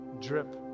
drip